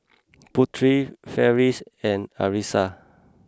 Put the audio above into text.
Putri Farish and Arissa